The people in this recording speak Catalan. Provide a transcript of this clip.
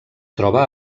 troba